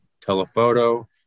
telephoto